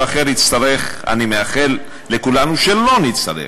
אחר הצטרך אני מאחל לכולנו שלא נצטרך,